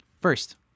First